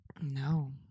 no